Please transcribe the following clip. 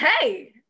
hey